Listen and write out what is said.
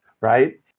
right